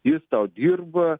jis tau dirba